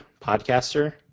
Podcaster